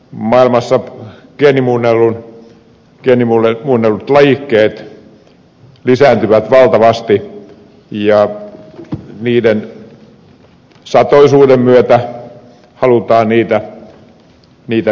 maailmassa geenimuunnellut lajikkeet lisääntyvät valtavasti ja niiden satoisuuden myötä halutaan niitä viljelyyn